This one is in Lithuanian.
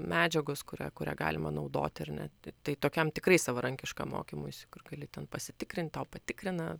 medžiagos kurią kurią galima naudoti ar ne tokiam tikrai savarankiškam mokymuisi kur gali ten pasitikrint tau patikrina